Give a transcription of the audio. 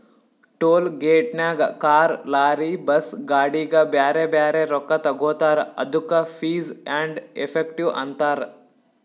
toll ಗೇಟ್ನಾಗ್ car, lorry, bus, ಗಾಡಿಗ ಬ್ಯಾರೆ ಬ್ಯಾರೆ ರೊಕ್ಕಾ ತಗೋತಾರ್ ಅದ್ದುಕ ಫೀಸ್ ಆ್ಯಂಡ್ ಎಫೆಕ್ಟಿವ್ ಅಂತಾರ್